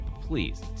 Please